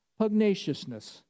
pugnaciousness